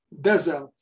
desert